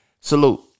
Salute